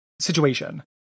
situation